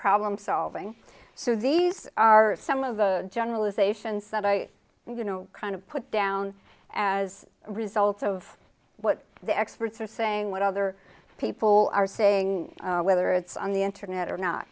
problem solving so these are some of the generalizations that i think you know kind of put down as a result of what the experts are saying what other people are saying whether it's on the internet or not